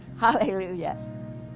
Hallelujah